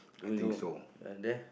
to bring home ah there